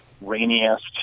rainiest